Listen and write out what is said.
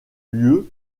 lieu